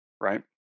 right